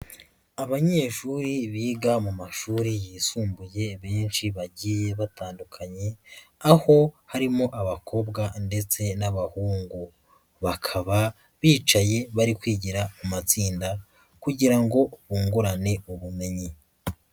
Abanyeshuri biga mu mashuri yisumbuye benshi bagiye batandukanye, aho harimo abakobwa ndetse n'abahungu, bakaba bicaye bari kwigira mu matsinda kugira ngo bungurane ubumenyi.